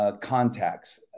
contacts